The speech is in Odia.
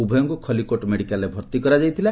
ଉଭୟଙ୍କୁ ଖଲ୍ଲିକୋଟ୍ ମେଡିକାଲ୍ରେ ଭର୍ତି କରାଯାଇଥିଲା